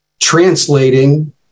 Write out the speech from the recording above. translating